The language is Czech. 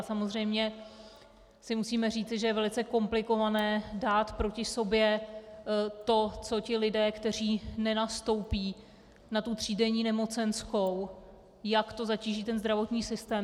Samozřejmě si musíme říci, že je velice komplikované dát proti sobě to, co ti lidé, kteří nenastoupí na tu třídenní nemocenskou, jak to zatíží zdravotní systém.